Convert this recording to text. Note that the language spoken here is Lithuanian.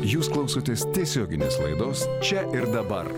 jūs klausotės tiesioginės laidos čia ir dabar